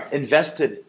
invested